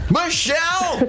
Michelle